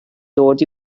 dod